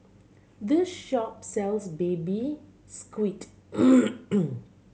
this shop sells Baby Squid